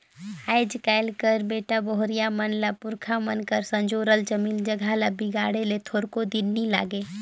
आएज काएल कर बेटा बहुरिया मन ल पुरखा मन कर संजोरल जमीन जगहा ल बिगाड़े ले थोरको दिन नी लागे